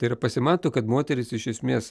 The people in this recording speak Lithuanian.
tai yra pasimato kad moterys iš esmės